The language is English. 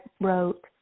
wrote